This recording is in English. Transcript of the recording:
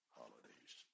holidays